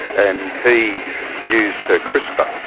and he used her crisper,